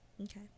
okay